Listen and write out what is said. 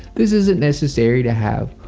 this isn't necessary to have.